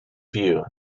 view